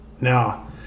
now